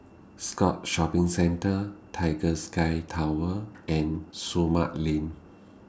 Scotts Shopping Centre Tiger Sky Tower and Sumang LINK